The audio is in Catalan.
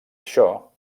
això